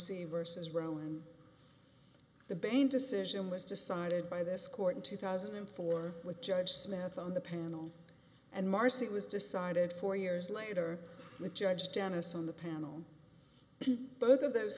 morsi versus rome the bane decision was decided by this court in two thousand and four with judge smith on the panel and marcy it was decided four years later with judge janice on the panel both of those